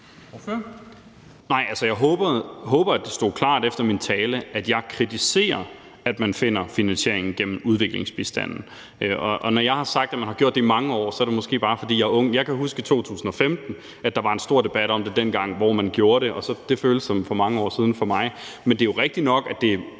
Jeg håber, det stod klart efter min tale, at jeg kritiserer, at man finder finansieringen gennem udviklingsbistanden. Og når jeg har sagt, at man har gjort det i mange år, er det måske bare, fordi jeg er ung. Jeg kan huske, at der i 2015 var en stor debat om det dengang, hvor man gjorde det. Og det føles som for mange år siden for mig. Men det er rigtigt nok, at det